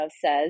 says